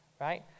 right